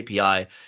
API